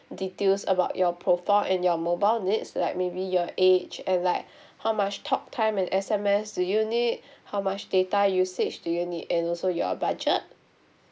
details about your profile and your mobile needs like maybe your age and like how much talktime and S_M_S do you need how much data usage do you need and also your budget